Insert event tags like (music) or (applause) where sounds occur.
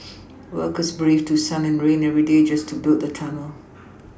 (noise) workers braved through sun and rain every day just to build the tunnel